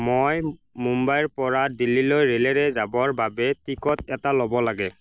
মই মুম্বাইৰপৰা দিল্লীলৈ ৰে'লেৰে যাবৰ বাবে টিকট এটা ল'ব লাগে